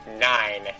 Nine